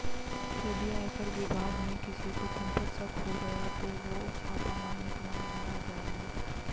यदि आयकर विभाग में किसी को तुम पर शक हो गया तो वो छापा मारने तुम्हारे घर आ जाएंगे